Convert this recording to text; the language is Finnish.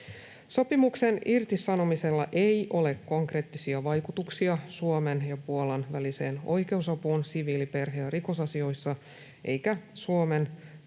Sopimuksen irtisanomisella ei ole konkreettisia vaikutuksia Suomen ja Puolan väliseen oikeusapuun siviili-, perhe- ja rikosasioissa eikä Suomen kansalaisten